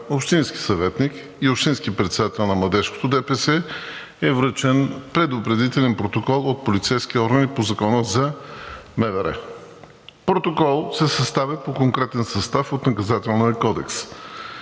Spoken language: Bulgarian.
общински съветник и общински председател на младежкото ДПС, е връчен предупредителен протокол от полицейски органи по Закона за МВР. Протокол се съставя по конкретен състав от Наказателния кодекс.